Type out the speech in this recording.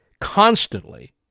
constantly